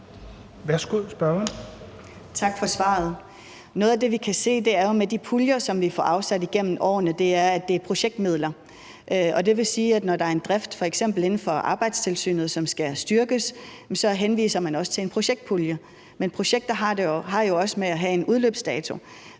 (IA): Tak for svaret. Noget af det, vi kan se, er jo, at de puljer, som vi får afsat gennem årene, er projektmidler. Det vil sige, at når der er en drift, f.eks. i forbindelse med Arbejdstilsynet, som skal styrkes, så henviser man også til en projektpulje. Men projekter har det jo også med at have en udløbsdato,